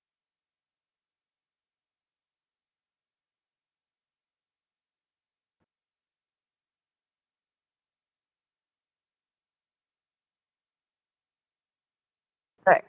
right